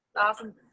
awesome